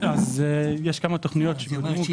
יש כמה תוכניות שקודמו.